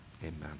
amen